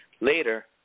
Later